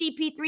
CP3